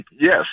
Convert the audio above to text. Yes